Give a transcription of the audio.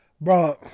Bro